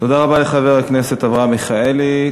תודה רבה לחבר הכנסת אברהם מיכאלי.